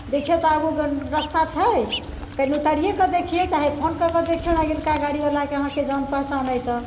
देखिऔ तऽ आगूके रस्ता छै कनि उतारिएकऽ देखिऔ चाहे फोन कऽ कऽ देखिऔ ने अगिलका गाड़ीवलाके अहाँके जान पहचान अइ तऽ